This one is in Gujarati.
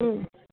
હમ્મ